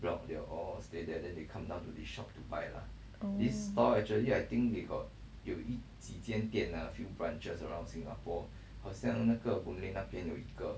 oh